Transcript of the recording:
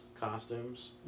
costumes